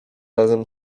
razem